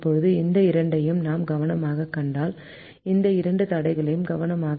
இப்போது இந்த இரண்டையும் நாம் கவனமாகக் கண்டால் இந்த இரண்டு தடைகளும் கவனமாக